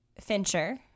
Fincher